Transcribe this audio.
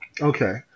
okay